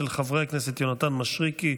של חברי הכנסת יונתן מישרקי,